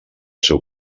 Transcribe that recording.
seu